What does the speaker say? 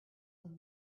some